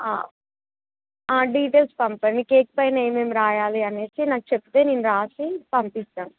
details పంపడి cake పైన ఏమేమి రాయాలి అనేసి నాకు చెప్తే నేను రాసి పంపిస్తాను